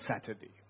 Saturday